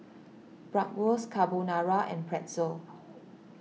Bratwurst Carbonara and Pretzel